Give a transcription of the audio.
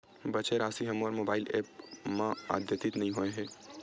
बचे राशि हा मोर मोबाइल ऐप मा आद्यतित नै होए हे